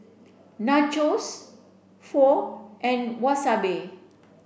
Nachos Pho and Wasabi